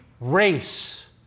race